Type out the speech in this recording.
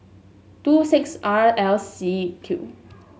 two six R L C Q